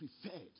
prepared